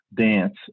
dance